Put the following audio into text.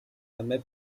també